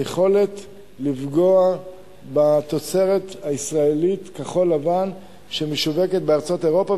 היכולת לפגוע בתוצרת הישראלית כחול-לבן שמשווקת בארצות אירופה,